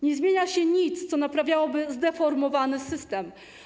Nie zmienia się nic, co naprawiałoby zdeformowany system.